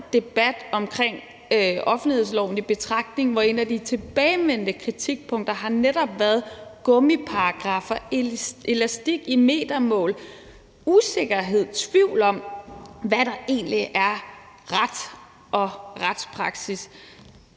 generelle debat omkring offentlighedsloven i betragtning, hvor et af de tilbagevendende kritikpunkter netop har været gummiparagraffer, elastik i metermål, usikkerhed og tvivl om, hvad der egentlig er ret og retspraksis,